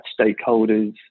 stakeholders